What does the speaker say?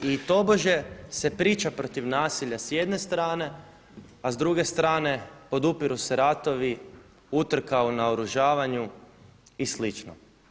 I tobože se priča protiv nasilja s jedne strane a s druge strane podupiru se ratovi, utrka o naoružavanju i slično.